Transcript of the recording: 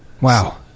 Wow